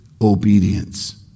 obedience